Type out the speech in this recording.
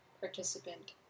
participant